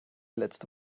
letzte